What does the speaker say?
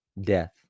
death